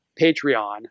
Patreon